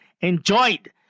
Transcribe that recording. enjoyed